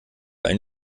ein